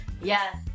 Yes